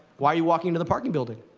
why are you walking to the parking building?